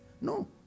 No